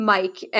Mike